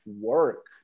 work